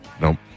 Nope